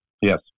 Yes